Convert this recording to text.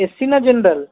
AC ନା general